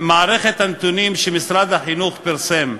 מערכת הנתונים שמשרד החינוך פרסם.